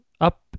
up